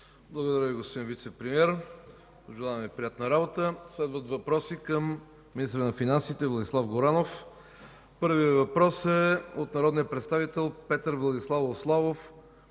Благодаря Ви, господин Вицепремиер. Пожелаваме Ви приятна работа. Следват въпроси към министъра на финансите Владислав Горанов. Първият въпрос е от народния представител Петър Владиславов Славов